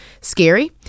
scary